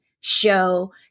show